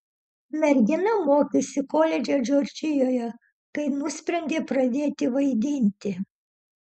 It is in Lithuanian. mergina mokėsi koledže džordžijoje kai nusprendė pradėti vaidinti